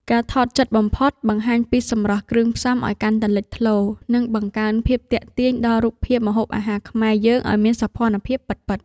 ការថតជិតបំផុតបង្ហាញពីសម្រស់គ្រឿងផ្សំឱ្យកាន់តែលេចធ្លោ និង បង្កើនភាពទាក់ទាញដល់រូបភាពម្ហូបអាហារខ្មែរយើងឱ្យមានសោភ័ណភាពពិតៗ។